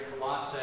Colossae